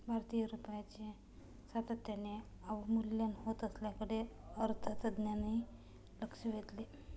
भारतीय रुपयाचे सातत्याने अवमूल्यन होत असल्याकडे अर्थतज्ज्ञांनी लक्ष वेधले